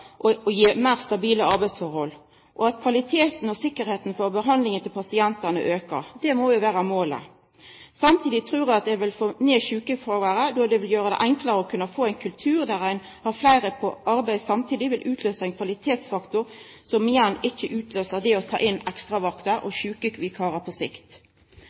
gje meir stabile arbeidsforhold. Og det at kvaliteten og sikkerheita i behandlinga av pasientane aukar, må jo vera målet. Samtidig trur eg at det vil få ned sjukefråværet, då det vil gjera det enklare å kunna få ein kultur der det at ein har fleire på arbeid samtidig, vil utløysa ein kvalitetsfaktor, som igjen ikkje utløyser det å ta inn ekstravakter og sjukevikarar på sikt.